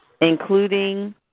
including